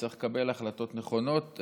וצריך לקבל החלטות נכונות,